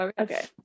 Okay